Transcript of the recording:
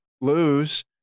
lose